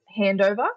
handover